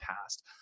past